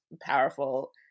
powerful